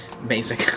Amazing